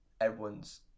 everyone's